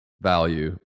value